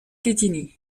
quetigny